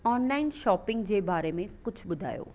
online shopping जे बारे में कुझु ॿुधायो